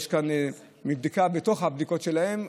בדיקה בתוך הבדיקות שלהם,